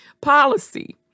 policy